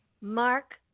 mark